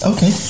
Okay